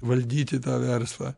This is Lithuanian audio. valdyti tą verslą